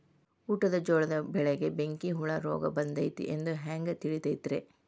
ಊಟದ ಜೋಳದ ಬೆಳೆಗೆ ಬೆಂಕಿ ಹುಳ ರೋಗ ಬಂದೈತಿ ಎಂದು ಹ್ಯಾಂಗ ತಿಳಿತೈತರೇ?